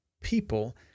People